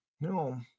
No